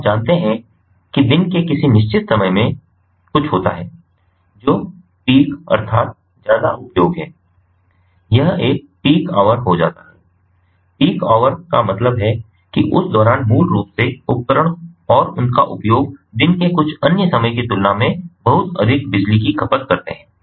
तो आप जानते हैं कि दिन के किसी निश्चित समय में कुछ होता है जो पीक ज्यादा उपयोग है यह एक पीक आवर हो जाता है पीक ऑवर का मतलब है कि उस दौरान मूल रूप से उपकरण और उनका उपयोग दिन के कुछ अन्य समय की तुलना में बहुत अधिक बिजली की खपत करते हैं